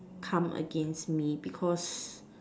come against me because